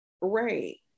Right